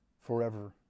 Forever